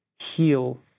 heal